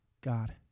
God